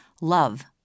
love